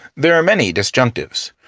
there are many disjunctives.